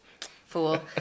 Fool